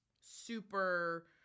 super